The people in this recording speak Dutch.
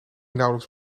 nauwelijks